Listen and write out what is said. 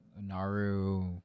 naru